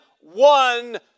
one